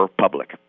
public